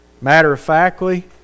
matter-of-factly